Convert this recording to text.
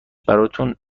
براتون